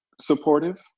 supportive